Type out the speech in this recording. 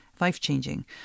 life-changing